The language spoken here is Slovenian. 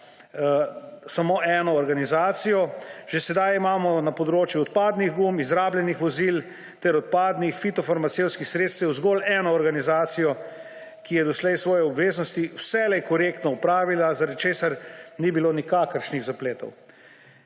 samo eno organizacijo. Že sedaj imamo na področju odpadnih gum, izrabljenih vozil ter odpadnih fitofarmacevtskih sredstev zgolj eno organizacijo, ki je doslej svoje obveznosti vselej korektno opravila, zaradi česar ni bilo nikakršnih zapletov.